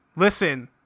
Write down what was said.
Listen